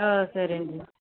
సరే అండి